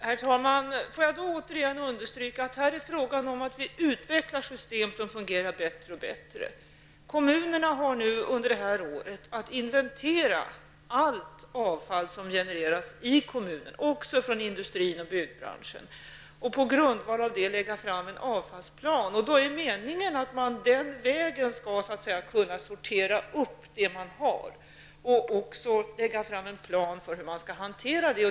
Herr talman! Får jag återigen understryka att det här är fråga om att vi utvecklar system som fungerar bättre och bättre. Kommunerna skall under det här året inventera allt avfall som genereras i kommunen, även från industrin och byggbranschen. På grundval av det skall man lägga fram en avfallsplan. Meningen är att man den vägen skall kunna sortera upp det man har. Man skall även kunna lägga fram en plan för hur man skall hantera det.